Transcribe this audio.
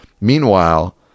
Meanwhile